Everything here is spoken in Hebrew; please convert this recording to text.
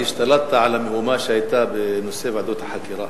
כי השתלטת על המהומה שהיתה בנושא ועדות החקירה.